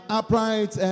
upright